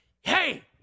Hey